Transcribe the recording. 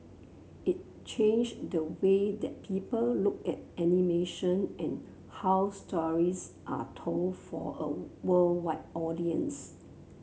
it changed the way that people look at animation and how stories are told for a worldwide audience